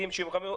75%,